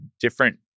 different